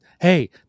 hey